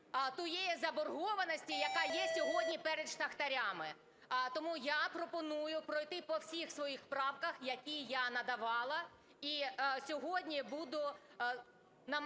тієї заборгованості, яка є сьогодні перед шахтарями. Тому я пропоную пройти по всіх своїх правках, які я надавала,